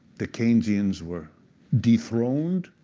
the keynesians were dethroned,